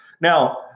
Now